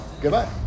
goodbye